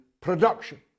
production